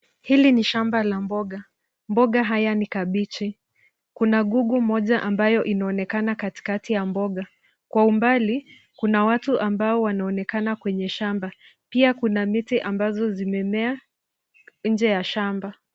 Hili ni shamba la mboga. Mboga haya ni kabeji, kuna gugu moja ambayo inaonekana katikati ya mboga. Kwa umbali kuna watu ambao wanaonekana kwenye shamba, pia kuna miti ambazo zimemea nje ya shamba.